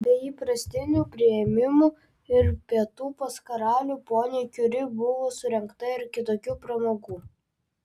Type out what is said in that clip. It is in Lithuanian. be įprastinių priėmimų ir pietų pas karalių poniai kiuri buvo surengta ir kitokių pramogų